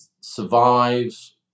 survives